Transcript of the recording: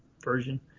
version